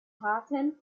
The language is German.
harten